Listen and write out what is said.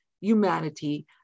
humanity